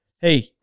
hey